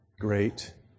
great